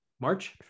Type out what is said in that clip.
March